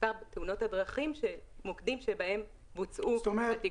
במספר תאונות הדרכים במוקדים שבהם בוצעו התיקונים.